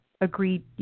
agreed